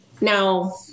now